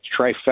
trifecta